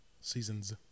Seasons